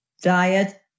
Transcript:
diet